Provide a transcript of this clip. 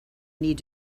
need